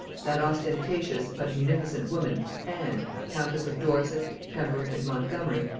that ostentatious but munificent woman anne countess of dorset, pembroke, and montgomery,